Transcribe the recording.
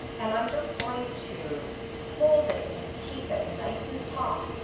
and i'm just going to hold it and keep it nice and taut,